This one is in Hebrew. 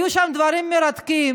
היו שם דברים מרתקים.